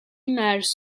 images